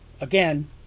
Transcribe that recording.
again